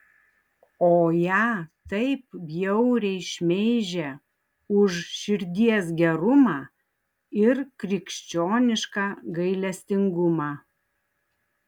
o ją taip bjauriai šmeižia už širdies gerumą ir krikščionišką gailestingumą